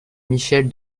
michèle